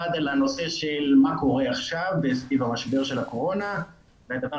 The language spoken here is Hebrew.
הנושא הנוסף הוא מה קורה עכשיו במשבר של הקורונה והנושא